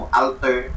alter